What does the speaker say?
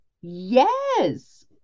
Yes